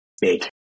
big